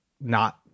not-